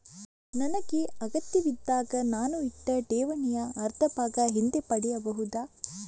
ನನಗೆ ಅಗತ್ಯವಿದ್ದಾಗ ನಾನು ಇಟ್ಟ ಠೇವಣಿಯ ಅರ್ಧಭಾಗ ಹಿಂದೆ ಪಡೆಯಬಹುದಾ?